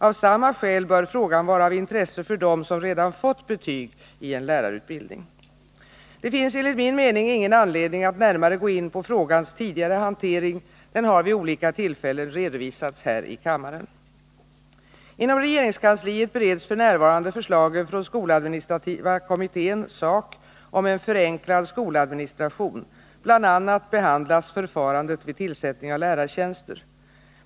Av samma skäl bör frågan vara av intresse för dem som redan fått betyg i en lärarutbildning. Det finns enligt min mening ingen anledning att närmare gå in på frågans tidigare hantering — den har vid olika tillfällen redovisats här i kammaren. Inom regeringskansliet bereds f.n. förslagen från skoladministrativa kommittén om en förenklad skoladministration; bl.a. behandlas förfarandet vid tillsättning av lärartjänster.